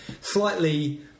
slightly